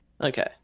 Okay